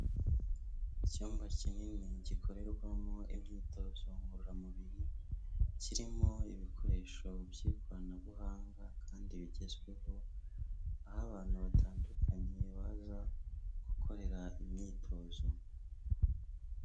Icyumba kinini gikorerwamo imyitozo ngororamubiri, kirimo ibikoresho by'ikoranabuhanga kandi bigezweho, aho abantu batandukanye baza gukorera imyitozo.